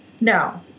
No